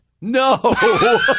No